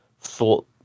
thought